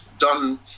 done